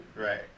Right